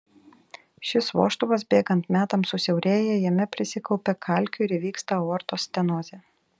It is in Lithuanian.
šis vožtuvas bėgant metams susiaurėja jame prisikaupia kalkių ir įvyksta aortos stenozė